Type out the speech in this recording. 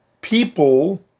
people